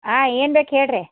ಹಾಂ ಏನು ಬೇಕು ಹೇಳ್ರಿ